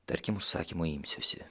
tarkim užsakymo imsiuosi